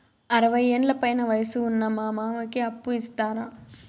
అరవయ్యేండ్ల పైన వయసు ఉన్న మా మామకి అప్పు ఇస్తారా